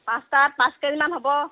পাঁচটাত পাঁচ কেজিমান হ'ব